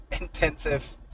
intensive